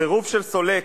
אין ספק